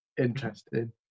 interesting